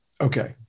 Okay